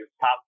top